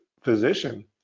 physician